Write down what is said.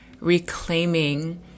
reclaiming